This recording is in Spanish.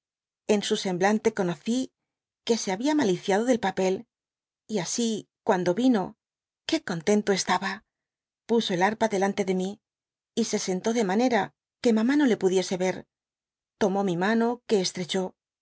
en su semblante conocí que se había maliciado del papel y asi cuando vino qué contento estaba puso el harpa delante de mí y se sentó de manera que mamá no le pudiese ver tomó mi mano que estrechó